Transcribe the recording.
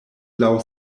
laŭ